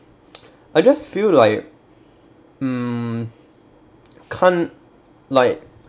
I just feel like mm can't like